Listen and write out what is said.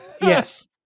Yes